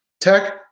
tech